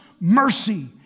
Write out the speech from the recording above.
mercy